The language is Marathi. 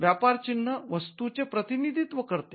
व्यापार चिन्ह वस्तूचे प्रतिनिधित्व करते